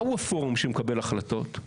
מהו הפורום שמקבל החלטות?